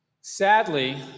Sadly